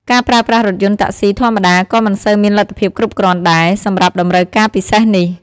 ការប្រើប្រាស់រថយន្តតាក់ស៊ីធម្មតាក៏មិនសូវមានលទ្ធភាពគ្រប់គ្រាន់ដែរ សម្រាប់តម្រូវការពិសេសនេះ។